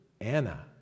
Anna